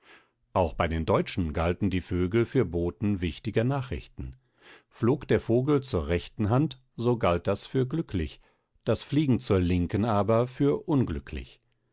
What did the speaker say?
auch bei den deutschen galten die vögel für boten wichtiger nachrichten flog der vogel zur rechten hand so galt das für glücklich das fliegen zur linken aber für unglücklich